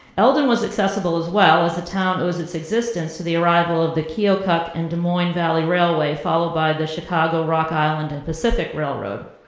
eldon was accessible as well as the town owes its existence to the arrival of the keokuk and des moines valley railway followed by the chicago, rock island, and pacific railroad.